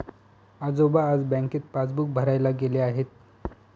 आजोबा आज बँकेत पासबुक भरायला गेले आहेत